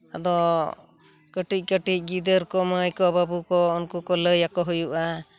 ᱟᱫᱚ ᱠᱟᱹᱴᱤᱡ ᱠᱟᱹᱴᱤᱡ ᱜᱤᱫᱟᱹᱨ ᱠᱚ ᱢᱟᱹᱭ ᱠᱚ ᱵᱟᱹᱵᱩ ᱠᱚ ᱩᱱᱠᱩ ᱠᱚ ᱞᱟᱹᱭᱟᱠᱚ ᱦᱩᱭᱩᱜᱼᱟ